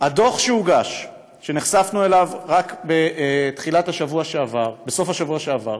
הדוח שהוגש, שנחשפנו לו רק בסוף השבוע שעבר,